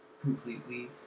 completely